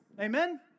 Amen